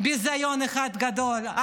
ביזיון אחד גדול.